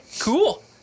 cool